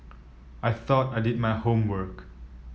I thought I did my homework